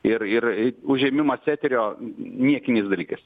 ir ir užėmimas eterio niekiniais dalykais